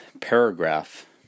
paragraph